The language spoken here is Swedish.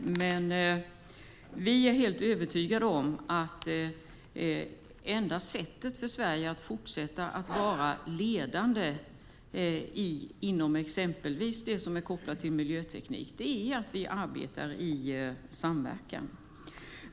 Men vi är helt övertygade om att det enda sättet för Sverige att fortsätta vara ledande inom exempelvis det som är kopplat till miljöteknik är att vi arbetar i samverkan.